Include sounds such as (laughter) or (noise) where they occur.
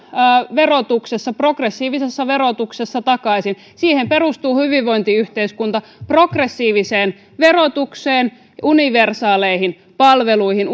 progressiivisessa verotuksessa takaisin siihen perustuu hyvinvointiyhteiskunta progressiiviseen verotukseen universaaleihin palveluihin (unintelligible)